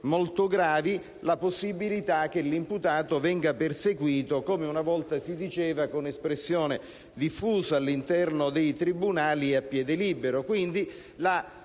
molto gravi, la possibilità che l'imputato venga perseguito, come una volta si diceva con espressione diffusa all'interno dei tribunali, a piede libero. La